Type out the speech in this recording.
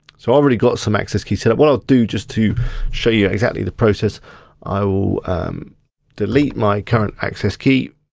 so i've already got some access keys, so like what i'll do just to show you exactly the process i will delete my current access key.